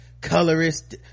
colorist